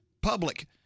Public